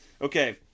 okay